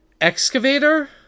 Excavator